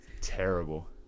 terrible